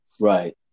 Right